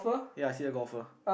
ya I see the golfer